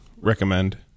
recommend